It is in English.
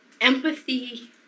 Empathy